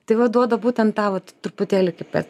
tai va duoda būtent tą vat truputėlį kaip kad